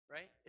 Right